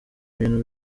ibintu